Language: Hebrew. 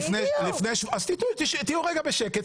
תהוי רגע בשקט,